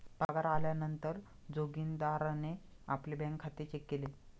पगार आल्या नंतर जोगीन्दारणे आपले बँक खाते चेक केले